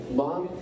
mom